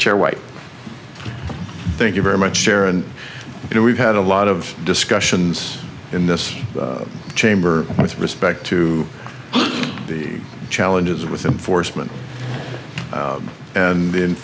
chair white thank you very much chair and you know we've had a lot of discussions in this chamber with respect to the challenges within foresman and the